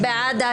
מי נגד?